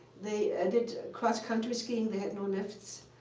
they did cross-country skiing. they had no lifts.